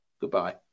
Goodbye